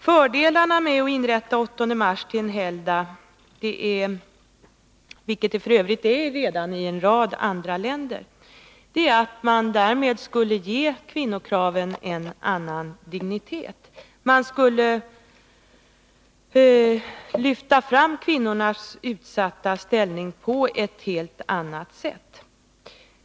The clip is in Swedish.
Fördelarna med att göra den 8 mars till en helgdag — vilket dagen f. ö. redan är i en rad andra länder — är att man därmed skulle ge kvinnokraven en annan dignitet. Man skulle lyfta fram kvinnornas utsatta ställning på ett helt annat sätt.